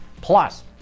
Plus